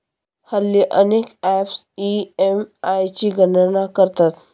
हल्ली अनेक apps EMI ची गणना करतात